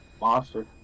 Monster